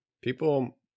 people